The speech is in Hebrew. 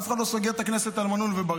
אף פעם לא סוגרים את הכנסת על מנעול ובריח.